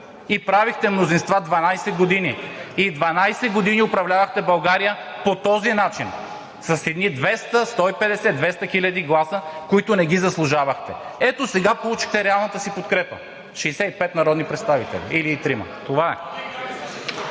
И правихте мнозинства 12 години. И 12 години управлявахте България по този начин с едни 150 – 200 хиляди гласа, които не ги заслужавахте. Ето, сега получихте реалната си подкрепа – 65 народни представители, или 63. Това е.